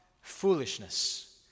Foolishness